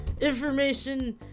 information